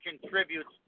contributes